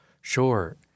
Sure